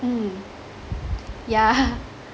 mm yeah